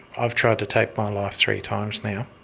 i've tried to take my life three times now.